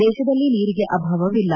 ದೇಶದಲ್ಲಿ ನೀರಿಗೆ ಅಭಾವವಿಲ್ಲ